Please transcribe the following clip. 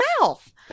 mouth